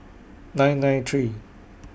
nine nine three